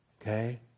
Okay